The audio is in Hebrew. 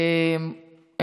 תודה.